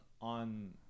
on